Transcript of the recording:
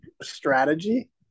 Strategy